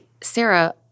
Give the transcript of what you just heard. Sarah